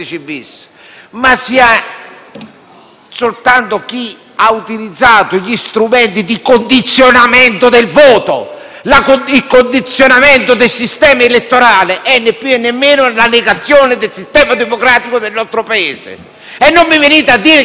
soltanto chi ha utilizzato gli strumenti di condizionamento del voto e del sistema elettorale, questa è, né più e né meno, la negazione del sistema democratico del nostro Paese. E non mi venite a dire che è solo della mafia! *(Applausi